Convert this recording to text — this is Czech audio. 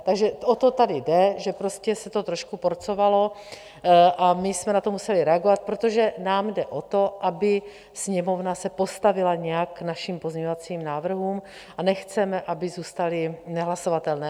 Takže o to tady jde, že se to trošku porcovalo, a my jsme na to museli reagovat, protože nám jde o to, aby Sněmovna se postavila nějak k našim pozměňovacím návrhům, a nechceme, aby zůstaly nehlasovatelné.